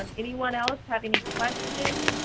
um anyone else have any questions,